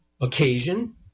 occasion